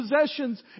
possessions